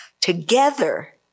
together